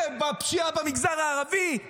זה בפשיעה במגזר הערבי,